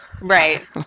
Right